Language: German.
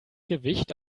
gewicht